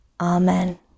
Amen